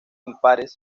impares